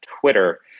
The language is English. Twitter